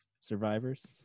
Survivors